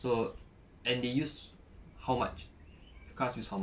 so and they use how much cars use how much